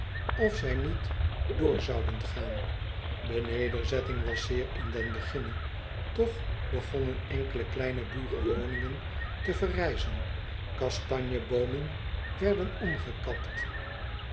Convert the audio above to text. of zij niet door zouden gaan de nederzetting was zeer in den beginne toch begonnen enkele kleine boerenwoningen te verrijzen kastanjeboomen werden omgekapt